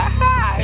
hi